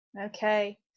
okay